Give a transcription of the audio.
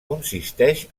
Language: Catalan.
consisteix